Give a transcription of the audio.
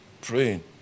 praying